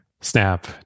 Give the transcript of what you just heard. Snap